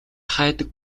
хайдаг